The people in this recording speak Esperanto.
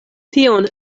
tion